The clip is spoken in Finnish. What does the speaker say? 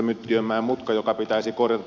myttiönmäen mutka joka pitäisi korjata